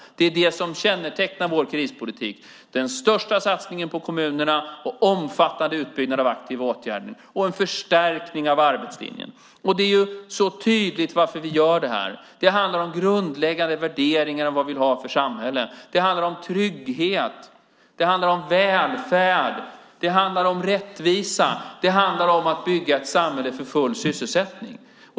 Det som kännetecknar vår krispolitik är att vi gör den största satsningen någonsin på kommunerna, en omfattande utbyggnad av aktiva åtgärder och en förstärkning av arbetslinjen. Det är alldeles tydligt varför vi gör detta. Det handlar nämligen om grundläggande värderingar, om vilket slags samhälle vi vill ha. Det handlar om trygghet. Det handlar om välfärd. Det handlar om rättvisa. Det handlar om att bygga ett samhälle för full sysselsättning.